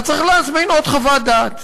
אז צריך להזמין עוד חוות דעת.